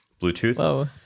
Bluetooth